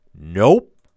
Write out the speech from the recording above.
Nope